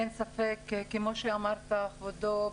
כמו שאמר כבודו,